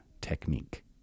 technique